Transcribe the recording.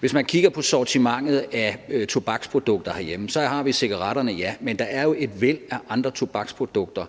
Hvis man kigger på sortimentet af tobaksprodukter herhjemme, så har vi cigaretterne, ja, men der er jo et væld af andre tobaksprodukter,